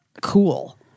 cool